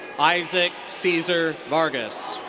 isaac cesar vargas.